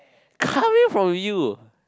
coming from you